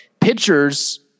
pitchers